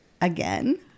again